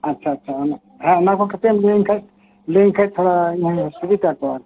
ᱟᱪᱪᱷᱟ ᱟᱪᱪᱷᱟ ᱦᱮᱸ ᱚᱱᱟᱦᱚᱸ ᱠᱟᱹᱴᱤᱡ ᱮᱢ ᱞᱟᱹᱭᱤᱧ ᱠᱷᱟᱡ ᱞᱟᱹᱭᱟᱹᱧ ᱠᱷᱟᱡ ᱛᱷᱚᱲᱟ ᱤᱧᱦᱚᱸᱧ ᱥᱩᱵᱤᱛᱟ ᱠᱚᱜᱼᱟ ᱟᱨᱠᱤ